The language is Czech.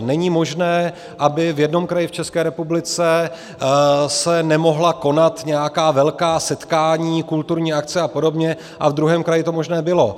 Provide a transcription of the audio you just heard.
Není možné, aby v jednom kraji v České republice se nemohla konat nějaká velká setkání, kulturní akce a podobně, a v druhém kraji to možné bylo.